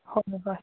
ꯍꯣꯏ ꯍꯣꯏ